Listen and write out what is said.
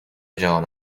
جهان